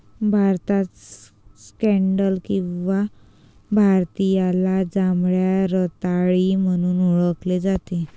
भारतात स्कँडल किंवा भारतीयाला जांभळ्या रताळी म्हणून ओळखले जाते